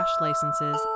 licenses